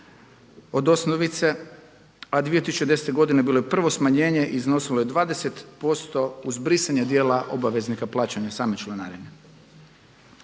od osnovice, a 2010. godine bilo je prvo smanjenje i iznosilo je 20 posto uz brisanje dijela obveznika plaćanja same članarine.